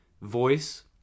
voice